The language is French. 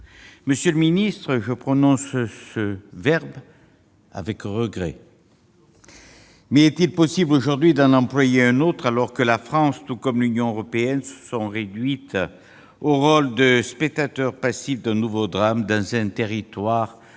monsieur le secrétaire d'État, je le prononce avec regret. Mais est-il possible, aujourd'hui, d'en employer un autre, alors que la France et l'Union européenne en sont réduites au rôle de spectateurs passifs d'un nouveau drame dans un territoire